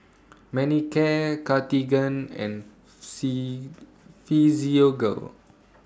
Manicare Cartigain and C Physiogel